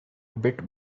bit